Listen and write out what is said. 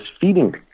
feeding